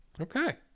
Okay